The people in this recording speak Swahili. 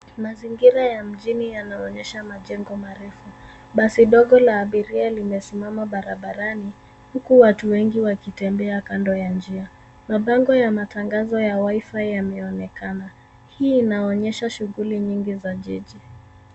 Mazingira ya mjini yanaonyesha majengo marefu. Basi dogo la abiria limesimama barabarani, huku watu wengi wakitembea kando ya njia. Mabango ya matangazo ya WIFI yameonekana. Hii inaonyesha shughuli nyingi za jiji.